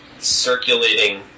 circulating